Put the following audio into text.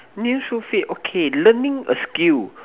means so fit okay learning a skill